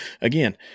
Again